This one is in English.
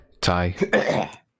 Ty